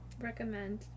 recommend